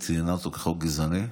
היא ציינה אותו כחוק גזעני.